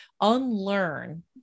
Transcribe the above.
unlearn